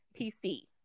PC